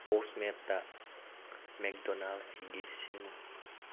ꯄꯣꯁꯃꯦꯠꯇ McDonald's ꯑꯩꯒꯤ ꯁꯤꯡꯉꯨ